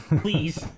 Please